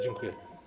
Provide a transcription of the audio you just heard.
Dziękuję.